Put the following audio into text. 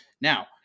Now